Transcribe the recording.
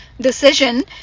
decision